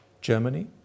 Germany